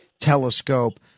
Telescope